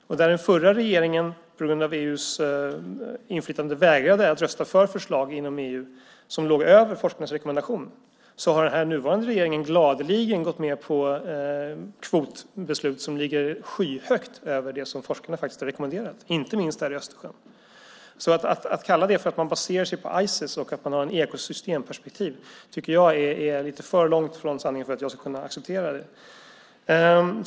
Den förra regeringen vägrade, på grund av EU:s inflytande, att rösta för förslag som låg över forskarnas rekommendationer. Den nuvarande regeringen har gladeligen gått med på kvoter som ligger skyhögt över det som forskarna rekommenderat, inte minst när det gäller Östersjön. Att kalla det för att basera sig på Ices och att ha ett ekosystemperspektiv tycker jag är lite för långt från sanningen för att jag ska kunna acceptera det.